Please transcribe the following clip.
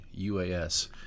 UAS